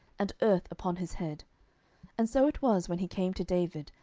and earth upon his head and so it was, when he came to david,